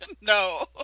no